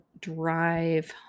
drive